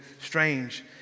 strange